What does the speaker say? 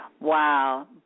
Wow